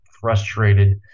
frustrated